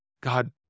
God